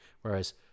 whereas